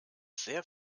sehr